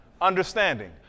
Understanding